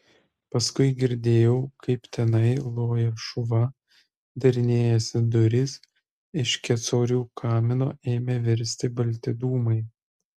paskui girdėjau kaip tenai loja šuva darinėjasi durys iš kecorių kamino ėmė virsti balti dūmai